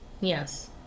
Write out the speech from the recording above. Yes